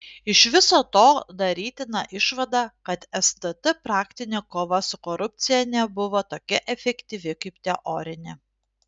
iš viso to darytina išvada kad stt praktinė kova su korupcija nebuvo tokia efektyvi kaip teorinė